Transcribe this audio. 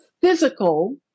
physical